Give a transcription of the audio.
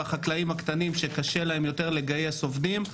החקלאים הקטנים שקשה להם יותר לגייס עובדים,